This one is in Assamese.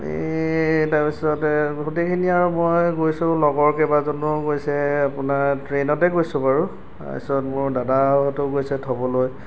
আমি তাৰ পিছতে গোটেইখিনি আৰু মই গৈছো লগৰ কেইবাজনো গৈছে আপোনাৰ ট্ৰেইনতে গৈছো বাৰু তাৰ পিছত মোৰ দাদাহঁতো গৈছে থ'বলৈ